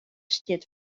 stiet